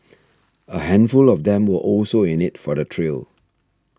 a handful of them were also in it for the thrill